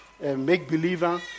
make-believer